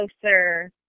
closer